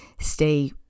stay